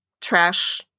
trash